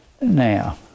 Now